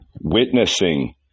witnessing